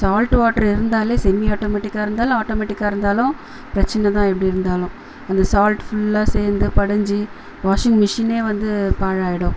salt water இருந்தாலே semi ஆட்டோமேட்டிக்காக இருந்தாலும் ஆட்டோமேட்டிக்காக இருந்தாலும் பிரச்சனை தான் எப்படி இருந்தாலும் அந்த சால்ட் ஃபுல்லாக சேர்ந்து படிஞ்சு வாஷிங்மெஷினே வந்து பாலாகிடும்